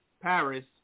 Paris